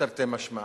תרתי משמע.